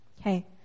Okay